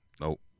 nope